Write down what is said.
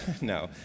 no